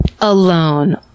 Alone